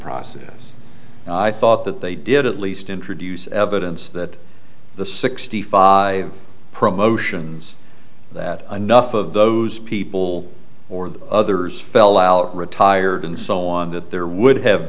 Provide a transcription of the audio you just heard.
process and i thought that they did at least introduce evidence that the sixty five promotions that enough of those people or the others fell out retired and so on that there would have